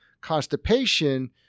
Constipation